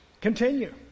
continue